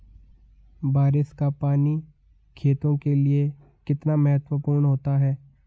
बारिश का पानी खेतों के लिये कितना महत्वपूर्ण होता है?